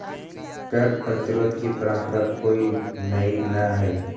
कर प्रतिरोध की परंपरा कोई नई न हई